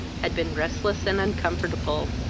had been restless and uncomfortable.